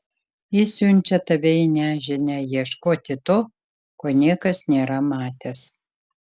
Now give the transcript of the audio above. ji siunčia tave į nežinią ieškoti to ko niekas nėra matęs